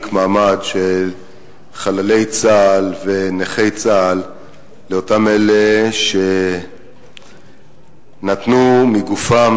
מעמד של חללי צה"ל ונכי צה"ל לאותם אלה שנתנו מגופם,